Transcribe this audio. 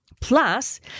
Plus